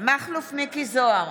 מכלוף מיקי זוהר,